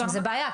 שזו בעיה,